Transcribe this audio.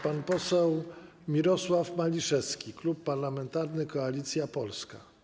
Pan poseł Mirosław Maliszewski, Klub Parlamentarny Koalicja Polska.